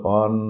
on